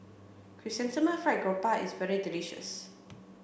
Chrysanthemum Fried Garoupa is very delicious